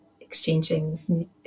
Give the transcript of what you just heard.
exchanging